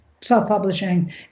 self-publishing